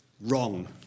wrong